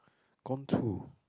gone to